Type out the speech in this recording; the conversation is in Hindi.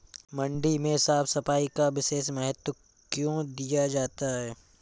मंडी में साफ सफाई का विशेष महत्व क्यो दिया जाता है?